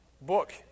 book